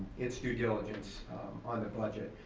its due diligence on the budget.